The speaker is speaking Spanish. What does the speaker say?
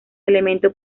elemento